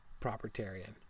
propertarian